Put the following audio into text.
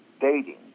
dating